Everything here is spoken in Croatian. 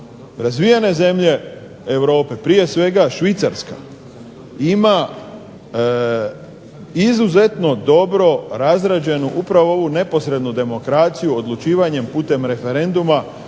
Razvijene zemlje Europe prije svega Švicarska ima izuzetno dobro razrađenu upravo ovu neposrednu demokraciju odlučivanjem putem referenduma